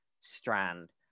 strand